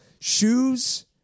shoes